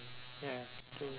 ya K